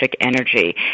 energy